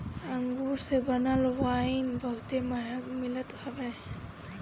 अंगूर से बनल वाइन बहुते महंग मिलत हवे